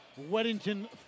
Weddington